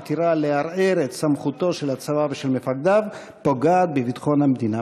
אשר מתירה לערער את סמכות הצבא ומפקדיו ופוגעת בביטחון המדינה.